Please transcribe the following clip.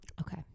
Okay